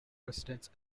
presidents